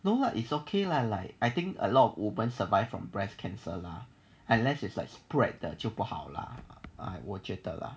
no lah it's okay lah like I think a lot of woman survived from breast cancer lah unless it's like spread 的就不好啦我觉得 lah